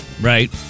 Right